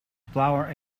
flower